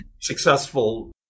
successful